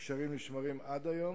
הקשרים נשמרים עד היום,